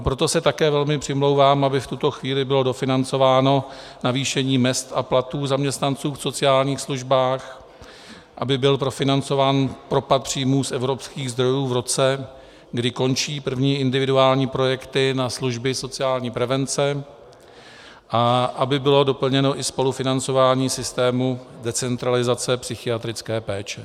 Proto se také velmi přimlouvám, aby v tuto chvíli bylo dofinancováno navýšení mezd a platů zaměstnanců v sociálních službách, aby byl profinancován propad příjmů z evropských zdrojů v roce, kdy končí první individuální projekty na služby sociální prevence, a aby doplněno i spolufinancování systému decentralizace psychiatrické péče.